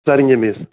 சரிங்க மிஸ்